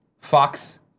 Fox